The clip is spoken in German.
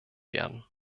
werden